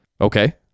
Okay